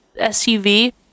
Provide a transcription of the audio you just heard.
SUV